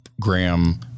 Graham